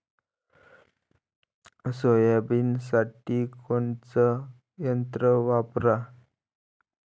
सोयाबीनसाठी कोनचं यंत्र वापरा?